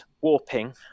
warping